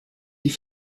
die